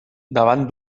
davant